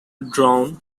drawn